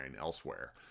elsewhere